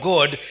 God